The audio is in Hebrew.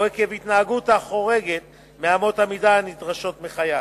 עקב התנהגות החורגת מאמות המידה הנדרשות מחייל,